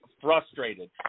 frustrated